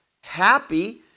happy